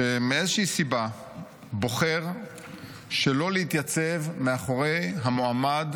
שמאיזושהי סיבה בוחר שלא להתייצב מאחורי המועמד